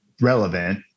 relevant